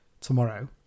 tomorrow